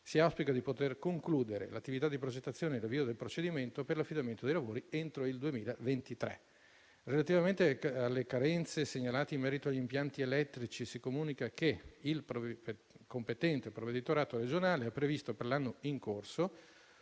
Si auspica di poter concludere l'attività di progettazione ed avvio del procedimento per l'affidamento dei lavori entro il 2023. Relativamente alle carenze segnalate in merito agli impianti elettrici, si comunica che il competente provveditorato regionale ha previsto, per l'anno in corso,